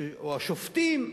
או השופטים,